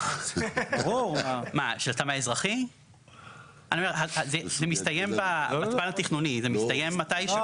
הצד התכנוני מסתיים מתישהו.